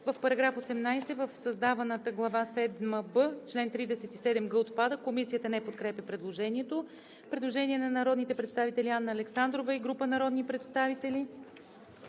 „В § 18 в създаваната глава седма „б“ чл. 37г отпада.“ Комисията не подкрепя предложението. Предложение на народните представители Анна Александрова и група народни представители.